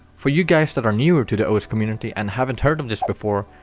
for you guys that are newer to the osu! community and haven't heard of this before,